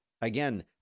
again